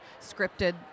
scripted